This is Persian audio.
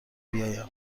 بیایم